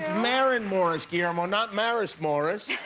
marin morris, guillermo. not maris morris.